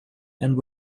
and